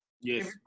yes